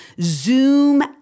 zoom